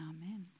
Amen